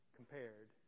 compared